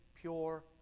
pure